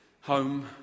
home